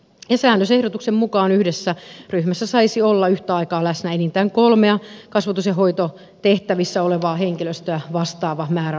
säännösehdotuksen mukaan yhdessä ryhmässä saisi olla yhtä aikaa läsnä enintään kolmea kasvatus ja hoitotehtävissä olevaa henkilöä vastaava määrä lapsia